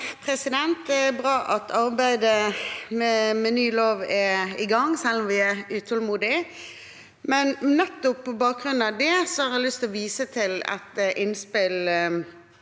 Det er bra at arbei- det med ny lov er i gang, selv om vi er utålmodige. Nettopp på bakgrunn av det har jeg lyst til å vise til et innspill